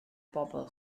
bobl